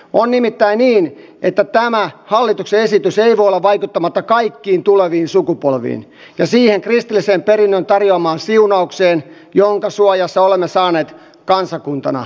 on nimittäin niin että tämä hallituksen esitys ei voi olla vaikuttamatta kaikkiin tuleviin sukupolviin ja siihen kristillisen perinnön tarjoamaan siunaukseen jonka suojassa olemme saaneet kansakuntana elää